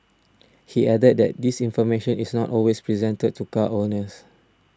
he added that this information is not always presented to car owners